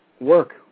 work